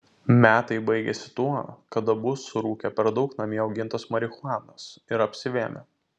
metai baigėsi tuo kad abu surūkė per daug namie augintos marihuanos ir apsivėmė